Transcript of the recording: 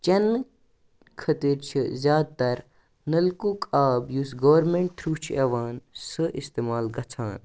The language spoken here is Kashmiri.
چَنہٕ خٲطر چھِ زیادٕ تَر نلکُک آب یُس گورمٮ۪نٛٹ تھرٛوٗ چھُ یِوان سُہ اِستِمال گَژھان